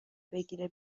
بگیره